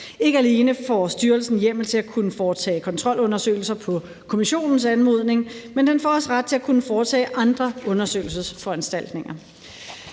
Ikke alene får styrelsen hjemmel til at kunne foretage kontrolundersøgelser på Kommissionens anmodning, men den får også ret til at kunne foretage andre undersøgelsesforanstaltninger.